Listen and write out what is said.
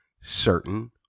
certain